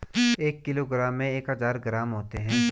एक किलोग्राम में एक हजार ग्राम होते हैं